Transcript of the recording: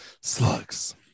Slugs